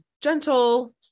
gentle